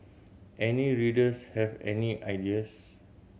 any readers have any ideas